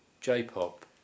J-Pop